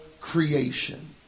creation